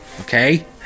Okay